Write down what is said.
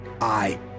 I